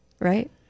right